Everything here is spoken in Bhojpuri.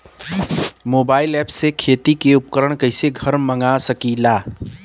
मोबाइल ऐपसे खेती के उपकरण कइसे घर मगा सकीला?